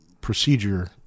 procedure